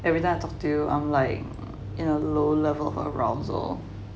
everytime I talk to you I'm like in a low level of arousal